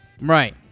right